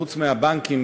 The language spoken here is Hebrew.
חוץ מהבנקים,